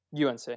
UNC